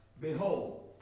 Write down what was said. behold